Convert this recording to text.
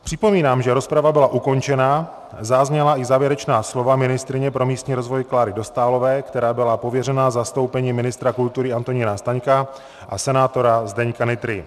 Připomínám, že rozprava byla ukončena, zazněla i závěrečná slova ministryně pro místní rozvoj Kláry Dostálové, která byla pověřena zastoupením ministra kultury Antonína Staňka, a senátora Zdeňka Nytry.